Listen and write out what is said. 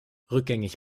rückgängig